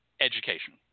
education